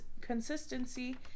consistency